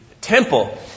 temple